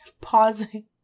pausing